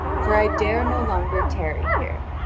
for i dare no longer tarry here.